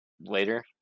later